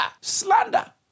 slander